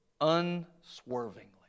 unswervingly